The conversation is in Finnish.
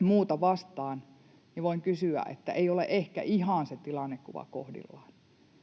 muuta vastaan. Ei ole ehkä ihan se tilannekuva kohdillaan,